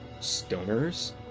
stoners